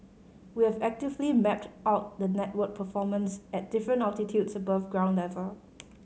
we have actively mapped out the network performance at different altitudes above ground level